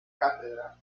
cátedra